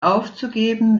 aufzugeben